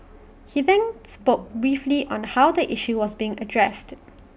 he then spoke briefly on how the issue was being addressed